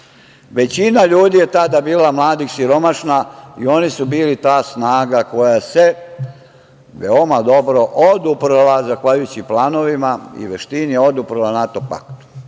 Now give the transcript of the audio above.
Većina ljudi je tada bila mladih siromašnih i oni su ta snaga koja se veoma dobro oduprla zahvaljujući planovima i veštini NATO paktu.